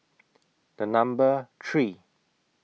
The Number three